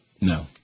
No